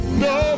no